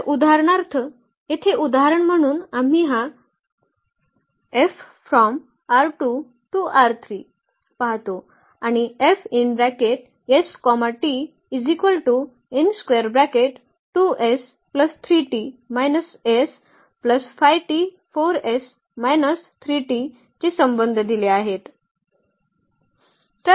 तर उदाहरणार्थ येथे उदाहरण म्हणून आम्ही हा पाहतो आणि चे संबंध दिले आहेत